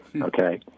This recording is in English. okay